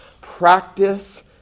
practice